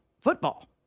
football